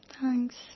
Thanks